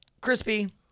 Crispy